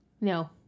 No